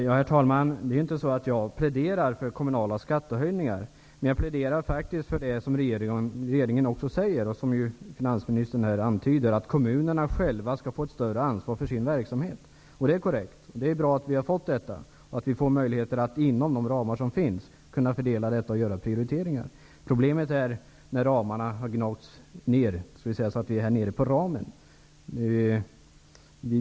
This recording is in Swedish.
Herr talman! Jag pläderar inte för några kommunala skattehöjningar. Men jag pläderar faktiskt för det som regeringen också säger, som finansministern här antyder, att kommunerna själva skall få ett större ansvar för sin verksamhet. Det är korrekt. Det är bra att vi har fått det, och att vi får möjlighet att inom de ramar som finns fördela medel och göra prioriteringar. Problemet är att ramarna nu har gnagts ner så mycket.